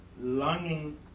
longing